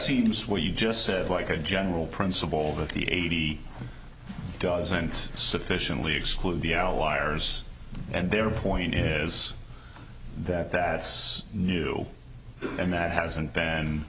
seems where you just said like a general principle that the eighty doesn't sufficiently exclude the our wires and their point is that that's new and that hasn't been